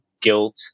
guilt